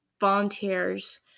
volunteers